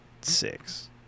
six